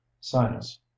sinus